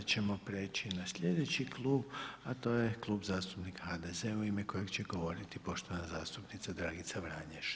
Sada ćemo prijeći na slijedeći klub a to je Klub zastupnika HDZ-a u ime kojeg će govorit poštovana zastupnica Dragica Vranješ.